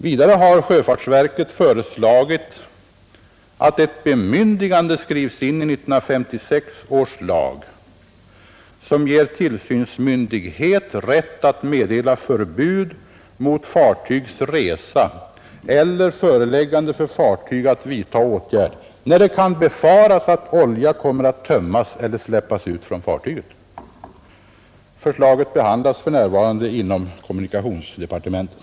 Vidare har sjöfartsverket föreslagit att ett bemyndigande skrivs in i 1956 års lag som ger tillsynsmyndighet rätt att meddela förbud mot fartygs resa eller föreläggande för fartyg att vidta åtgärd när det kan befaras att olja kommer att tömmas eller släppas ut från fartyget. Förslaget behandlas för närvarande inom kommunikationsdepartementet.